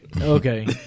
Okay